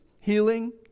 healing